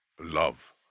Love